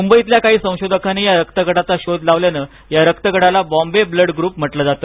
मुंबईतल्या काही संशोधकांनी या रक्तगटाचा शोध लावल्यानं या रक्तगटाला बॉम्बे ब्लड गृप म्हटलं जात